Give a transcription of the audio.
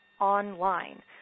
online